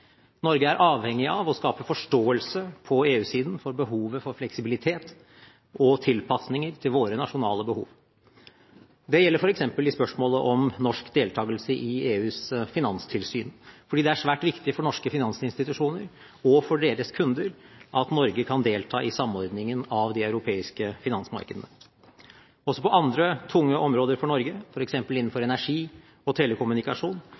Norge er avhengig av å skape forståelse på EU-siden for behovet for fleksibilitet og tilpasninger til våre nasjonale behov. Det gjelder f.eks. i spørsmålet om norsk deltakelse i EUs finanstilsyn, fordi det er svært viktig for norske finansinstitusjoner og for deres kunder at Norge kan delta i samordningen av de europeiske finansmarkedene. Også på andre tunge områder for Norge, f.eks. innenfor energi og telekommunikasjon,